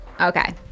Okay